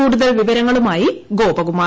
കൂടുതൽ വിവരങ്ങളുമായി ഗോപകുമാർ